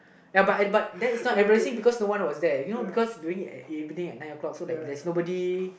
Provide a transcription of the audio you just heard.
ya but but that is not embarrassing because no one was there you know because doing it at evening at nine O-clock so like there's nobody